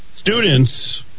students